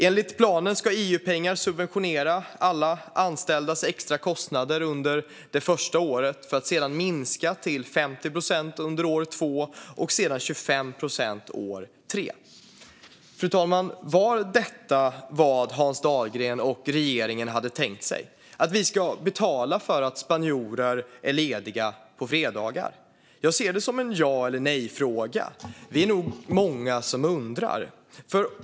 Enligt planen ska EU-pengar subventionera alla anställdas extra kostnader under det första året för att sedan minska till 50 procent under år 2 och sedan 25 procent år 3. Fru talman! Var detta vad Hans Dahlgren och regeringen hade tänkt sig? Ska vi betala för att spanjorer ska vara lediga på fredagar? Jag ser det som en ja eller nej-fråga. Vi är nog många som undrar.